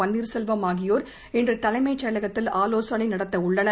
பன்னீர்செல்வம் ஆகியோர் இன்று தலைமைச் செயலகத்தில் ஆவோசனை நடத்த உள்ளனர்